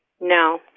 No